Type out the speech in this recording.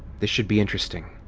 this should be interesting.